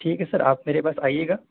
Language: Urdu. ٹھیک ہے سر آپ میرے پاس آئیے گا